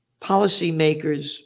Policymakers